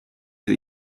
for